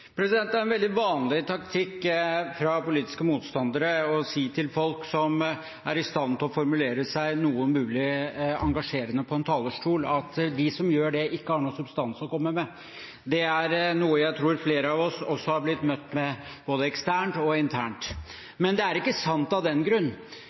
Det er en veldig vanlig taktikk av politiske motstandere å si til folk som er i stand til å formulere seg noenlunde engasjerende på en talerstol, at de som gjør det, ikke har noen substans å komme med. Det er noe jeg tror flere av oss har blitt møtt med både eksternt og